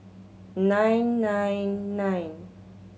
nine nine nine